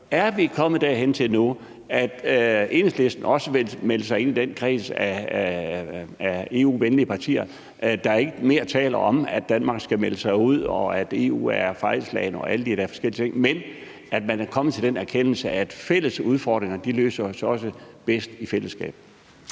Er vi nu kommet dertil, at Enhedslisten også vil melde sig ind i kredsen af EU-venlige partier og ikke mere taler om, at Danmark skal melde sig ud, og at EU er et fejlslagent projekt og alle de der forskellige ting, og at man er kommet til den erkendelse, at fælles udfordringer også løses bedst i fællesskab?